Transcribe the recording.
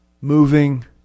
moving